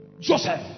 joseph